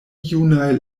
junaj